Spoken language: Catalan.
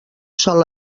sol